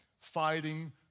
fighting